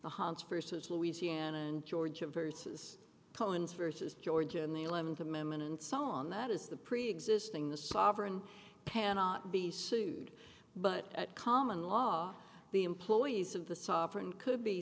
the hans versus louisiana and georgia versus collins versus georgia and the eleventh amendment and so on that is the preexisting the sovereign pan out be sued but at common law the employees of the software could be